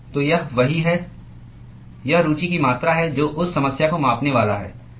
तो यह वही है यह रुचि की मात्रा है जो उस समस्या को मापने वाला है जिसे आप देख रहे हैं